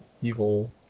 evil